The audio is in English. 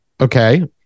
Okay